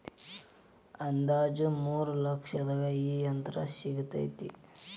ಅಂದಾಜ ಮೂರ ಲಕ್ಷದಾಗ ಈ ಯಂತ್ರ ಸಿಗತತಿ